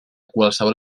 qualsevol